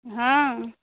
हँ